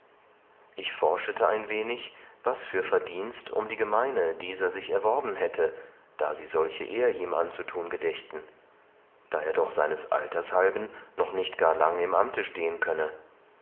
ich forschete ein wenig was für verdienst um die gemeine dieser sich erworben hätte daß sie solche ehr ihm anzuthun gedächten da er doch seines alters halben noch nicht gar lang im amte stehen könne